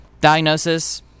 Diagnosis